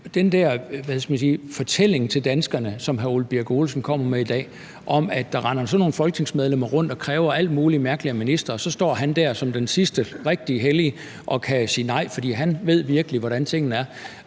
den der fortælling til danskerne, som hr. Ole Birk Olesen kommer med i dag, om, at der render folketingsmedlemmer rundt og kræver alt muligt mærkeligt af ministre, og så står han der som den sidste rigtige hellige og kan sige nej, fordi han virkelig ved, hvordan tingene er,